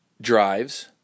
drives